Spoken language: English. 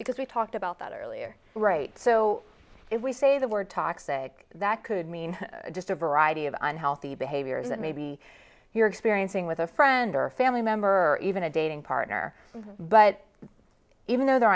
because we talked about that earlier right so if we say the word toxic that could mean just a variety of unhealthy behaviors that maybe you're experiencing with a friend or family member or even a dating partner but even though they